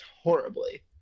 horribly